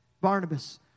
Barnabas